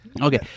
Okay